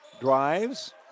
drives